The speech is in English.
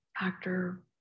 Actor